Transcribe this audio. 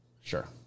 Sure